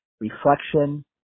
reflection